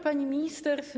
Pani Minister!